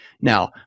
Now